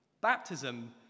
Baptism